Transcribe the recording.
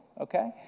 okay